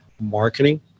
marketing